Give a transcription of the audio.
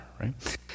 right